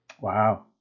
Wow